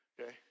Okay